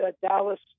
Dallas